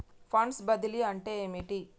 Funds బదిలీ అంటే ఏమిటి?